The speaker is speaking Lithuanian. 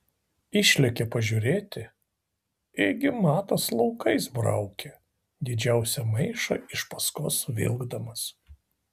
išlėkė pažiūrėti ėgi matas laukais braukė didžiausią maišą iš paskos vilkdamas